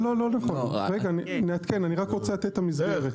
לא נכון, נעדכן, אני רק רוצה לתת את המסגרת.